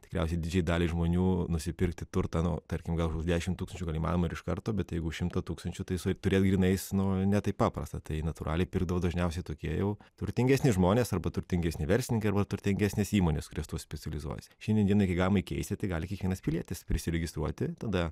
tikriausiai didžiajai daliai žmonių nusipirkti turtą nu tarkim gal dešimt tūkstančių gal įmanoma ir iš karto bet jeigu šimtą tūkstančių tai su turėt grynais nu ne taip paprasta tai natūraliai pirkdavo dažniausiai tokie jau turtingesni žmonės arba turtingesni verslininkai arba turtingesnės įmonės kurios tuo specializuojasi šiandien dienai kai galima įkeisti tai gali kiekvienas pilietis prisiregistruoti tada